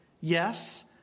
yes